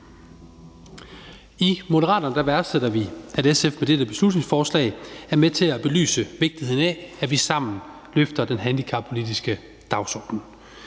I Moderaterne værdsætter vi, at SF med dette beslutningsforslag er med til at belyse vigtigheden af, at vi sammen løfter den handicappolitiske dagsorden.